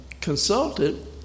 consulted